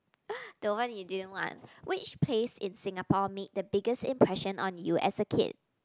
the one you didn't want which place in Singapore met the biggest impression on you as a kid